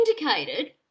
indicated